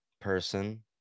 person